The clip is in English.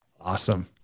Awesome